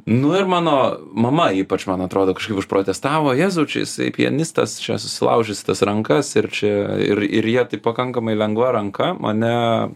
nu ir mano mama ypač man atrodo kažkaip užprotestavo jezau čia jis pianistas čia sulaužysi tas rankas ir čia ir ir jie taip pakankamai lengva ranka mane